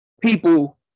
people